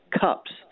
cups